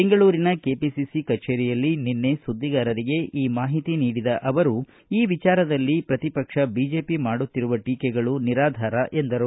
ಬೆಂಗಳೂರಿನ ಕೆಪಿಸಿಸಿ ಕಚೇರಿಯಲ್ಲಿ ನಿನ್ನೆ ಸುದ್ದಿಗಾರರಿಗೆ ಈ ಮಾಹಿತಿ ನಿಡಿದ ಅವರು ಈ ವಿಚಾರದಲ್ಲಿ ಪ್ರತಿಪಕ್ಷ ಬಿಜೆಪಿ ಮಾಡುತ್ತಿರುವ ಟೀಕೆಗಳು ನಿರಾಧಾರ ಎಂದರು